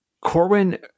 Corwin